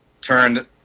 turned